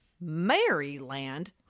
Maryland